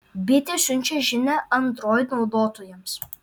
bitė siunčia žinią android naudotojams